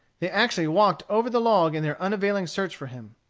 they actually walked over the log in their unavailing search for him.